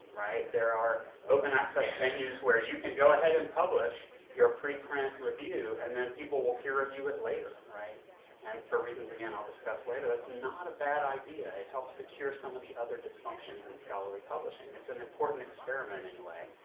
there are open access venues where you can go ahead and publish your pre-print review, and then people will appear peer-review it later, and, for reasons again i'll discuss later, that's not a bad idea. it helps to cure some of the other dysfunctions in scholarly publishing. it's an important experiment, anyway.